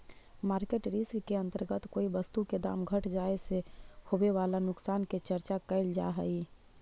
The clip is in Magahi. मार्केट रिस्क के अंतर्गत कोई वस्तु के दाम घट जाए से होवे वाला नुकसान के चर्चा कैल जा हई